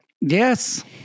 Yes